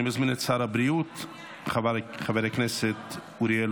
אני מזמין את שר הבריאות חבר הכנסת אוריאל